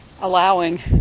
allowing